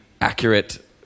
accurate